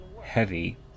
heavy